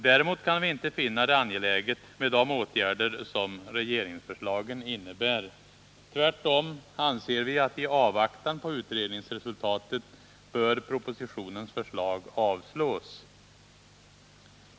Däremot kan vi inte finna de åtgärder som regeringsförslagen innebär angelägna. Tvärtom anser vi att i avvaktan på utredningsresultatet bör propositionens förslag avslås.